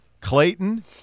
Clayton